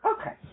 Okay